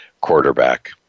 quarterback